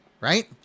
right